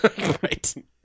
Right